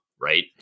Right